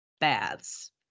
Baths